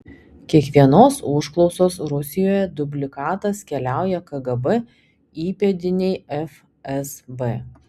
kiekvienos užklausos rusijoje dublikatas keliauja kgb įpėdinei fsb